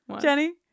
Jenny